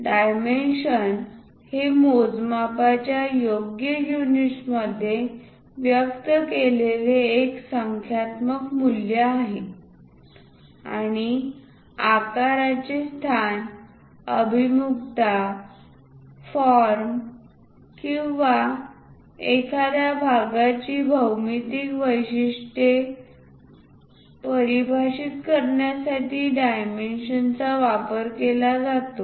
dimensions हे मोजमापांच्या योग्य युनिट्स मध्ये व्यक्त केलेले एक संख्यात्मक मूल्य आहे आणि आकाराचे स्थान अभिमुखता फॉर्म किंवा एखाद्या भागाची भौमितिक वैशिष्ट्ये परिभाषित करण्यासाठी डायमेन्शन्सचा वापर केला जातो